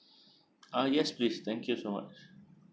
uh yes please thank you so much